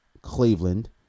Cleveland